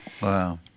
Wow